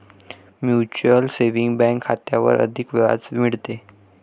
mutual saving bank खात्यावर अधिक व्याज मिळते